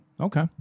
Okay